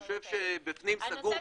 אני חושב שבפנים סגור,